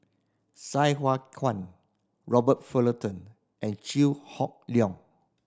Sai Hua Kuan Robert Fullerton and Chew Hock Leong